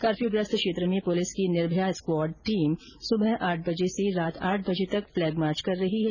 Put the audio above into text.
कफर्फ्यूग्रस्त क्षेत्र में पुलिस की निर्भया स्क्वॉड टीम सुबह आठ बजे से रात आठ बजे तक फ्लैगमार्च कर रही है